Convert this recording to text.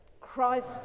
Christ